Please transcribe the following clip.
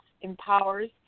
empowers